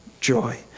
joy